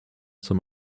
some